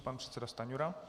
Pan předseda Stanjura.